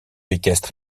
équestre